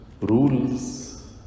rules